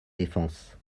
défense